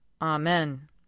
Amen